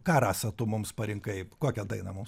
ką rasa tu mums parinkai kokią dainą mums